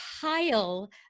pile